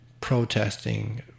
protesting